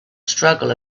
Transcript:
struggle